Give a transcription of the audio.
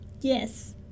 Yes